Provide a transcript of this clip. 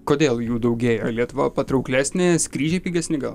kodėl jų daugėja lietuva patrauklesnė skrydžiai pigesni gal